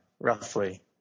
roughly